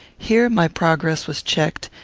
here my progress was checked,